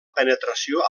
penetració